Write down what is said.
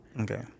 Okay